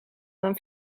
dan